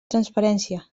transparència